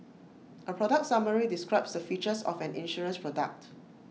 A product summary describes the features of an insurance product